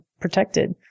protected